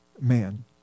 man